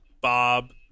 Bob